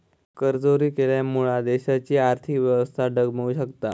करचोरी केल्यामुळा देशाची आर्थिक व्यवस्था डगमगु शकता